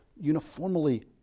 uniformly